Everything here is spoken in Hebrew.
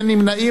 אין נמנעים.